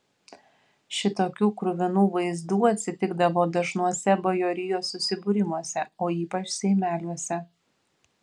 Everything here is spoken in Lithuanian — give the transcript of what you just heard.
šitokių kruvinų vaizdų atsitikdavo dažnuose bajorijos susibūrimuose o ypač seimeliuose